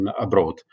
abroad